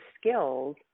skills